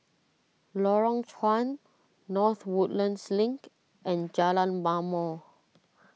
Lorong Chuan North Woodlands Link and Jalan Ma'mor